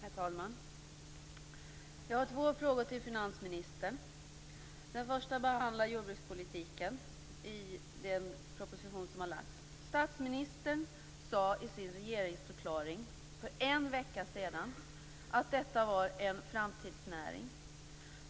Herr talman! Jag har två frågor till finansministern. Den första gäller jordbrukspolitiken i den proposition som nu har lagts fram. Statsministern sade i sin regeringsförklaring för en vecka sedan att jordbruket var en framtidsnäring.